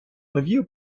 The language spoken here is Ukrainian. нові